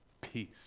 peace